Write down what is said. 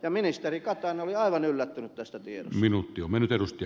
ministeri katainen oli aivan yllättynyt tästä tiedosta